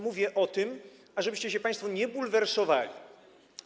Mówię o tym, ażebyście się państwo nie bulwersowali.